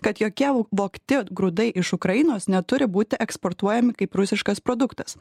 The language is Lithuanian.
kad jokie vogti grūdai iš ukrainos neturi būti eksportuojami kaip rusiškas produktas